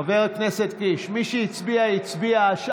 חבר הכנסת קיש, מי שהצביע, הצביע, אלכס, הוא יגיד.